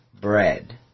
bread